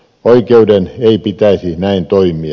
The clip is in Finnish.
oikeuden ei pitäisi näin toimia